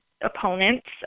opponents